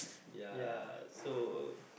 ya so